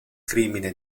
crimine